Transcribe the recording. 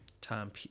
time